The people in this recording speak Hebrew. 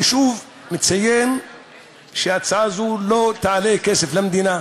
אני שוב מציין שהצעה זו לא תעלה כסף למדינה,